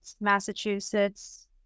Massachusetts